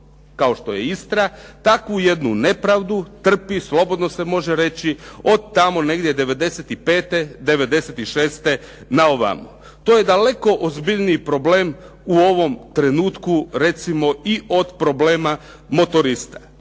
kao što je Istra, takvu jednu nepravdu trpi, slobodno se može reći, od tamo negdje '95., '96. na ovamo. To je daleko ozbiljniji problem u ovom trenutku recimo i od problema motorista.